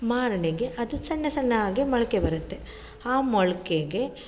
ಮಾರನೆಗೆ ಅದು ಸಣ್ಣ ಸಣ್ಣ ಹಾಗೆ ಮೊಳಕೆ ಬರುತ್ತೆ ಆ ಮೊಳಕೆಗೆ